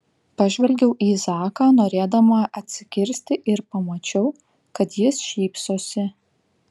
pažvelgiau į zaką norėdama atsikirsti ir pamačiau kad jis šypsosi